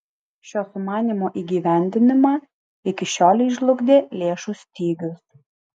šio sumanymo įgyvendinimą iki šiolei žlugdė lėšų stygius